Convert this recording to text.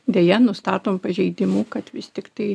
deja nustatom pažeidimų kad vis tiktai